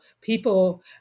people